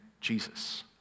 Jesus